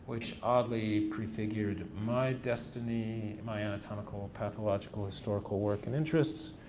which oddly prefigured my destiny, my anatomical, pathological, historical work and interests,